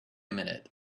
minute